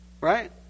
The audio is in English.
Right